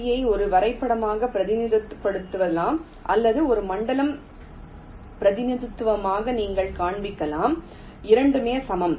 G யை ஒரு வரைபடமாக பிரதிநிதித்துவப்படுத்தலாம் அல்லது ஒரு மண்டல பிரதிநிதித்துவமாக நீங்கள் காண்பிக்கலாம் இரண்டும் சமம்